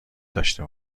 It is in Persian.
داشته